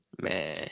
Man